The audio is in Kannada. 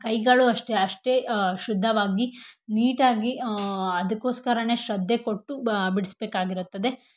ಕೈಗಳೂ ಅಷ್ಟೆ ಅಷ್ಟೇ ಶುದ್ಧವಾಗಿ ನೀಟಾಗಿ ಅದಕ್ಕೋಸ್ಕರವೇ ಶ್ರದ್ಧೆ ಕೊಟ್ಟು ಬಿಡಿಸ್ಬೇಕಾಗಿರುತ್ತದೆ